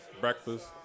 breakfast